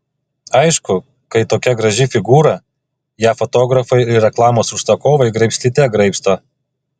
aišku kai tokia graži figūra ją fotografai ir reklamos užsakovai graibstyte graibsto